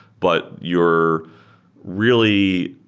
but you're really,